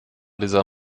dieser